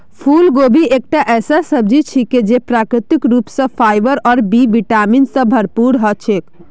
फूलगोभी एकता ऐसा सब्जी छिके जे प्राकृतिक रूप स फाइबर और बी विटामिन स भरपूर ह छेक